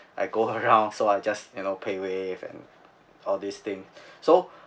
I go around so I'll just you know paywave and all this thing so